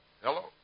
Hello